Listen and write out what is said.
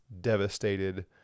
devastated